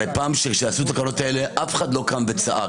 הרי בעבר כשעשו את הבחירות האלה אף אחד לא קם וצעק.